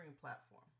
Platform